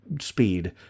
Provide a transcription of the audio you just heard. speed